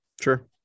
Sure